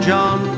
John